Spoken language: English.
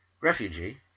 refugee